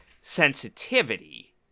sensitivity